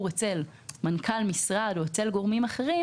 אצל מנכ"ל משרד או אצל גורמים אחרים,